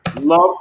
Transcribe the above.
love